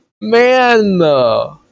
Man